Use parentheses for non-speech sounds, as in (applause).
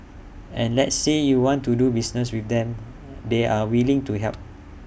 and let's say you want to do business with them (noise) they're willing to help